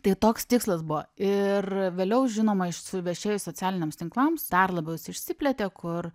tai toks tikslas buvo ir vėliau žinoma iš suvešėjus socialiniams tinklams dar labiau jis išsiplėtė kur